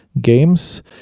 games